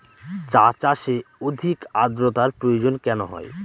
চা চাষে অধিক আদ্রর্তার প্রয়োজন কেন হয়?